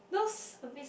those